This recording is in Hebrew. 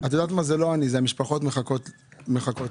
אלא המשפחות מחכות לזה.